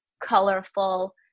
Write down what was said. colorful